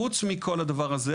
חוץ מכל הדבר הזה,